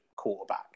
quarterback